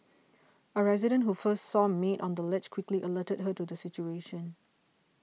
a resident who first saw maid on the ledge quickly alerted her to the situation